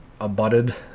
abutted